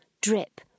drip